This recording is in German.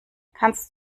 kannst